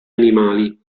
animali